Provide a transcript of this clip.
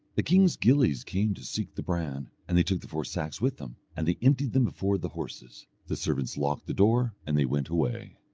the king's gillies came to seek the bran, and they took the four sacks with them, and they emptied them before the horses. the servants locked the door, and they went away.